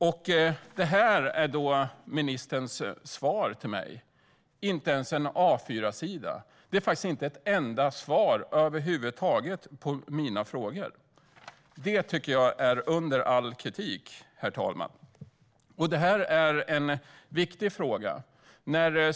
Det papper jag har i handen är ministerns svar till mig - inte ens en A4sida. Det innehåller inte ett enda svar på mina frågor. Det tycker jag är under all kritik, herr talman. Detta är en viktig fråga.